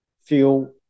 feel